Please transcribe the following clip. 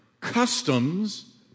customs